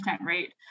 rate